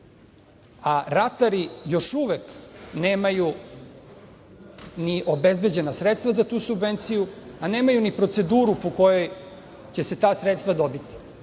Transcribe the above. a ratari još uvek nemaju ni obezbeđena sredstva za tu subvenciju, a nemaju ni proceduru po kojoj će se ta sredstva dobiti,